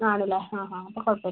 ആണല്ലേ ഹാ ഹാ അപ്പോൾ കുഴപ്പമില്ല